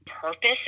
purpose